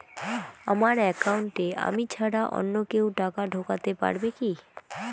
আমার একাউন্টে আমি ছাড়া অন্য কেউ টাকা ঢোকাতে পারবে কি?